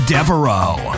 Devereaux